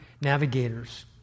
Navigators